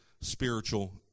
spiritual